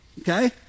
Okay